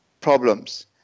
problems